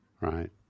Right